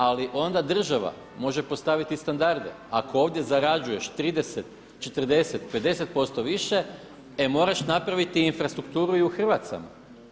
Ali onda država može postaviti standarde, ako ovdje zarađuješ 30, 40, 50% više e moraš napraviti infrastrukturu i u Hrvacima.